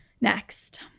next